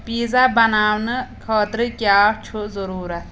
pizza بناونہٕ خٲطرٕ کیٛاہ چھُ ضرورت